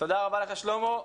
תודה רבה לך, שלמה.